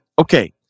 Okay